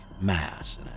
mass